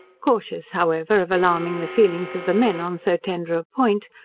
cautious, however, of alarming the feelings of the men on so tender a point,